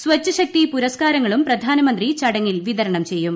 സ്വച്ഛശക്തി പുരസ്കാരങ്ങളും പ്രധാനമന്ത്രി ചടങ്ങിൽ വിതരണം ചെയ്യും